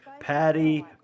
Patty